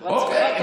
אוקיי.